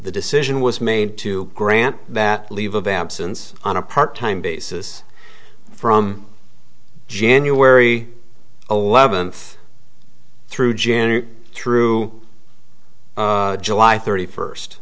the decision was made to grant that leave of absence on a part time basis from january eleventh through june or through july thirty first